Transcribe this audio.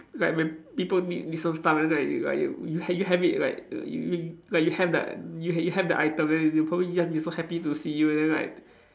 like when people need and like you like you you ha~ you have it like you like you have that you ha~ you have that item then they probably just be so happy to see you and then like